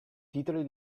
titoli